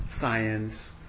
science